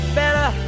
better